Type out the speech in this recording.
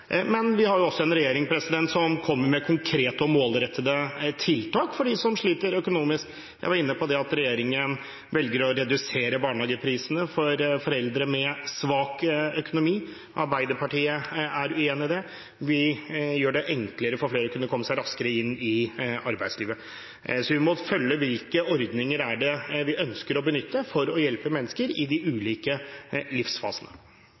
men jeg skal ikke dra opp den store skatte- og avgiftsdebatten her i dag. Vi har en regjering som kommer med konkrete og målrettede tiltak for dem som sliter økonomisk. Jeg var inne på at regjeringen velger å redusere barnehageprisene for foreldre med svak økonomi. Arbeiderpartiet er uenig i det. Vi gjør det enklere for flere å kunne komme seg raskere inn i arbeidslivet. Vi må følge opp hvilke ordninger man ønsker å benytte for å hjelpe mennesker i ulike